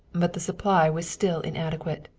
but the supply was still inadequate.